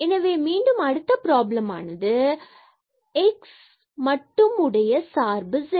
எனவே மீண்டும் அடுத்த ப்ராபிலமானது என்பது x மட்டும் y உடைய சார்பு z